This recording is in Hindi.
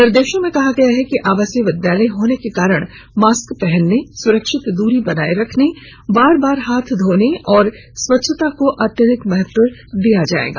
निर्देशों में कहा गया है कि आवासीय विद्यालय होने के कारण मास्क पहनने सुरक्षित दूरी बनाए रखने बार बार हाथ धोने और स्वच्छता को अत्यधिक महत्व दिया जाएगा